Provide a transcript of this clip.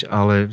ale